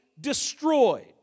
destroyed